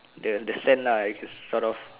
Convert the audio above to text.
the the sand lah it sort of